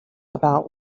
about